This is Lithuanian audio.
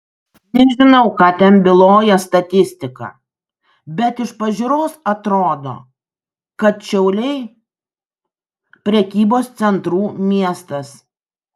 nežinau ką ten byloja statistika bet iš pažiūros atrodo kad šiauliai prekybos centrų miestas